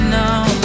now